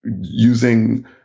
using